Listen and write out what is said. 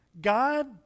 God